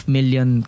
Million